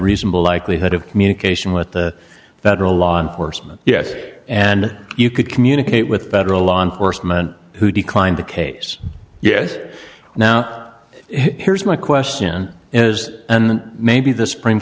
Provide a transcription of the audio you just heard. reasonable likelihood of communication with the federal law enforcement yes and you could communicate with federal law enforcement who declined the case yes now here's my question is and maybe the supreme